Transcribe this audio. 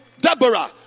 Deborah